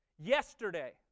Yesterday